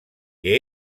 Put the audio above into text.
que